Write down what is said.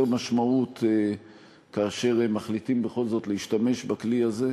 משמעות כאשר מחליטים בכל זאת להשתמש בכלי הזה,